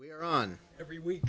we are on every week